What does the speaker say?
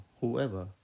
whoever